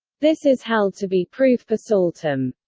this is held to be proof per saltum.